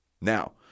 Now